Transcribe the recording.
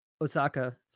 Osaka